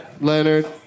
Leonard